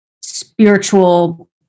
spiritual